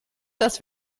dass